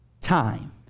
time